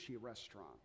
restaurant